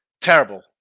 terrible